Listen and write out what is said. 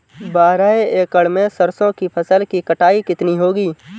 बारह एकड़ में सरसों की फसल की कटाई कितनी होगी?